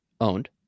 owned